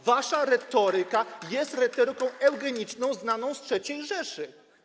Wasza retoryka jest retoryką eugeniczną znaną z III Rzeszy.